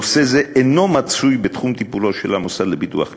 נושא זה אינו מצוי בתחום טיפולו של המוסד לביטוח לאומי.